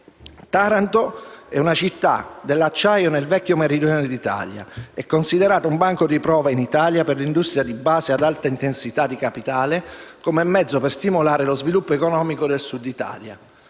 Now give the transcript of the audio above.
«Taranto è una (...) città dell'acciaio nel vecchio meridione d'Italia. È considerata un banco di prova in Italia per l'industria di base ad alta intensità di capitale come mezzo per stimolare lo sviluppo economico nel Sud Italia.